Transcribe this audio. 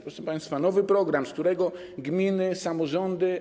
Proszę państwa, nowy program, z którego gminy, samorządy.